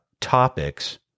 topics